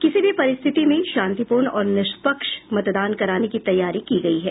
किसी भी परिस्थिति में शांतिपूर्ण और निष्पक्ष मतदान कराने की तैयारी की गयी है